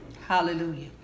Hallelujah